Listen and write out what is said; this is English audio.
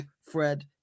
Fred